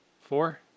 Four